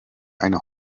eine